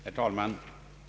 Herr talman!